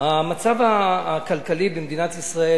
המצב הכלכלי במדינת ישראל,